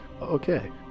Okay